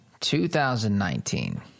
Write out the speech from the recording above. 2019